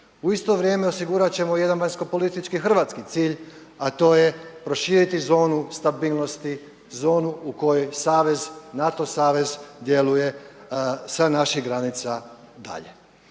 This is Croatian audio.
U isto vrijem osigurat ćemo jedan vanjsko politički hrvatski cilj a to je proširiti zonu stabilnosti zonu u kojoj savez, NATO savez djeluje sa naših granica dalje.